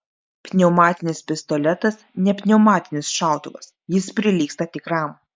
pneumatinis pistoletas ne pneumatinis šautuvas jis prilygsta tikram